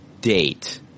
date